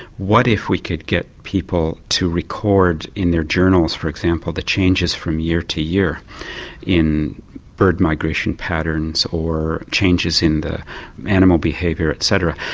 what if we could get people to record in their journals, for example, the changes from year to year in bird migration patterns, or changes in animal behaviour etc.